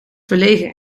verlegen